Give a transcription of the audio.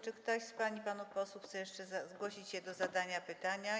Czy ktoś z pań i panów posłów chce się jeszcze zgłosić do zadania pytania?